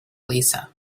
lisa